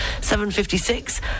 7.56